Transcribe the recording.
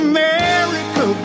America